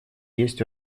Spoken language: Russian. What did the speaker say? есть